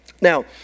Now